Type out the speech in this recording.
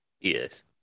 Yes